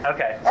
Okay